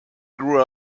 grew